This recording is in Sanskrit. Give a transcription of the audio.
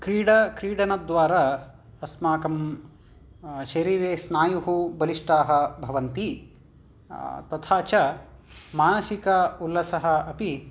क्रीडा क्रीडनद्वारा अस्माकं शरीरे स्नायुः बलिष्ठाः भवन्ति तथा च मानसिक उल्लसः अपि